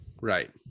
Right